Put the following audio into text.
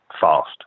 fast